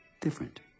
different